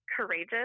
courageous